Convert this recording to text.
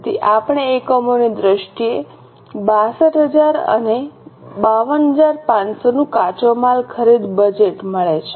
તેથી આપણે એકમોની દ્રષ્ટિએ 62000 અને 52500 નું કાચો માલ ખરીદ બજેટ મળે છે